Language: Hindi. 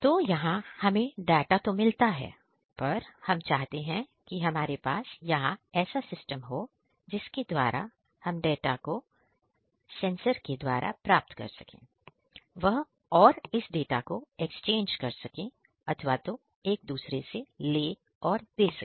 तो यहां हमें डाटा तो मिलता है पर हम चाहते हैं कि हमारे पास यहां ऐसा सिस्टम हो जिसके द्वारा हम डाटा को जो कि हमें सेंसर के द्वारा प्राप्त होता है वह एक्सचेंज कर सके एक दूसरे से ले और दे सके